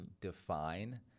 define